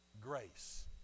grace